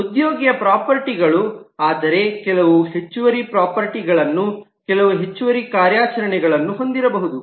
ಉದ್ಯೋಗಿಯ ಪ್ರಾಪರ್ಟೀಗಳು ಆದರೆ ಕೆಲವು ಹೆಚ್ಚುವರಿ ಪ್ರಾಪರ್ಟೀಗಳನ್ನು ಕೆಲವು ಹೆಚ್ಚುವರಿ ಕಾರ್ಯಾಚರಣೆಗಳನ್ನು ಹೊಂದಿರಬಹುದು